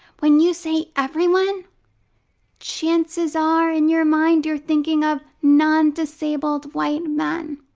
when you say everyone chances are, in your mind, you're thinking of non-disabled white men.